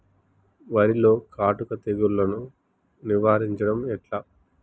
వరిలో కాటుక తెగుళ్లను నివారించడం ఎట్లా?